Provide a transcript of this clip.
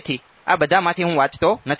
તેથી આ બધામાંથી હું વાંચતો નથી